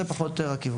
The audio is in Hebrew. זה פחות או יותר הכיוון.